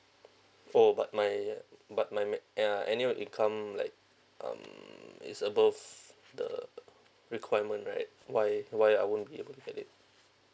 oh but my but my uh annual income like um it's above the requirement right why why I won't be able to get it